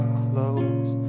clothes